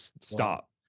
stop